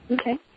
Okay